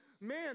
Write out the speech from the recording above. man